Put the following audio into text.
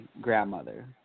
grandmother